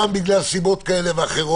ובינוניים.